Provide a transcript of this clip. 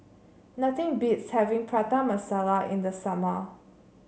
nothing beats having Prata Masala in the summer